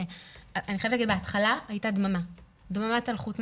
שבהתחלה הייתה דממת אלחוט,